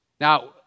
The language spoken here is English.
Now